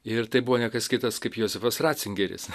ir tai buvo ne kas kitas kaip juozapas racingeris